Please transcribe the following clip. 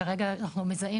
כרגע אנחנו מזהים